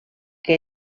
que